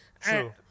True